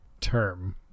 term